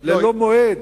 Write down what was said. ללא מועד.